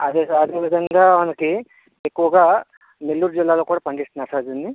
అదే అదే విధంగా మనకి ఎక్కువగా నెల్లూరు జిల్లాలో కూడా పండిస్తున్నారు సార్ దీన్ని